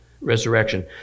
resurrection